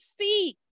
see